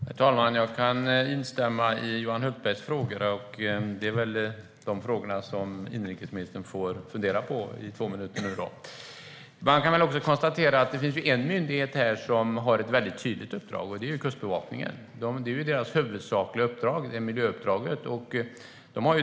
Herr talman! Jag instämmer i Johan Hultbergs frågor. Det är de frågor som inrikesministern får fundera på i två minuter. Man kan också konstatera här att det finns en myndighet som har ett väldigt tydligt uppdrag, och det är Kustbevakningen. Miljöuppdraget är Kustbevakningens huvudsakliga uppdrag.